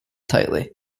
tightly